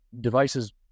devices